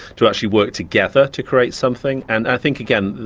to actually work together to create something. and i think again,